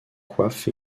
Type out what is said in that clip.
coiffe